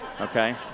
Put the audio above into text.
okay